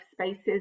spaces